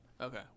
Okay